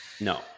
no